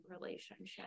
relationship